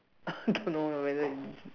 I don't whether is it